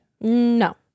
No